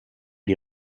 die